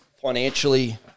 Financially